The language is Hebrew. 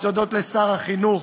אני רוצה להודות לשר החינוך,